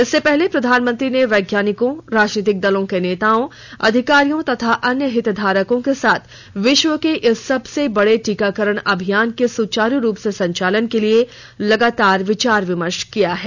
इससे पहले प्रधानमंत्री ने वैज्ञानिकों राजनीतिक दलों के नेताओं अधिकारियों तथा अन्य हितधारकों के साथ विश्व के इस सबसे बड़े टीकाकरण अभियान के सुचारू रूप से संचालन के लिए लगातार विचार विमर्श किया है